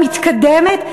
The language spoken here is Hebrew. היא מתקדמת?